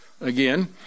again